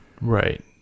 Right